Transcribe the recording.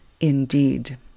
Indeed